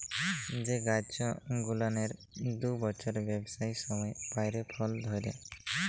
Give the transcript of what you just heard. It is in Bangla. যে গাইছ গুলানের দু বচ্ছরের বেইসি সময় পইরে ফল ধইরে